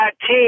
team